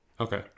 Okay